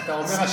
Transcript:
אתה אומר,